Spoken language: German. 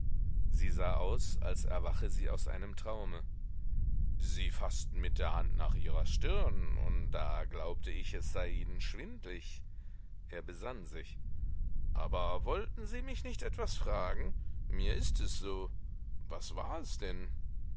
sie sah aus als erwache sie aus einem traume sie faßten mit der hand nach ihrer stirn und da glaubte ich es sei ihnen schwindlig er besann sich aber wollten sie mich nicht etwas fragen mir ist es so was war es denn